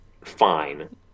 fine